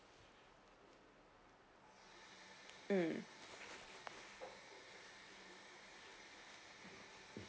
mm